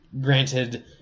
granted